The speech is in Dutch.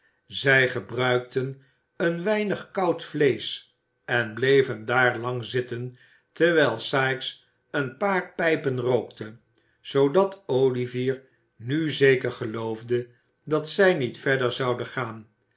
zij gebruikten een weinig koud vleesch en bleven daar lang zitten terwijl sikes een paar pijpen rookte zoodat olivier nu zeker geloofde dat zij niet verder zouden gaan